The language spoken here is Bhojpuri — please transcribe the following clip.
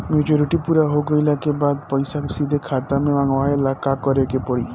मेचूरिटि पूरा हो गइला के बाद पईसा सीधे खाता में मँगवाए ला का करे के पड़ी?